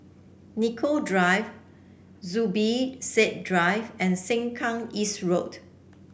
Nicoll Drive Zubir Said Drive and Sengkang East Road